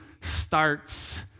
starts